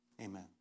Amen